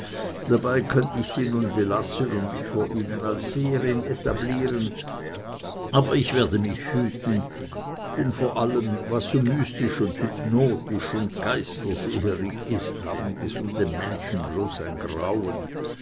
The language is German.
dabei könnt ich sie nun belassen und mich vor ihnen als seherin etablieren aber ich werde mich hüten denn vor allem was so mystisch und hypnotisch und geisterseherig ist haben gesunde menschen bloß ein grauen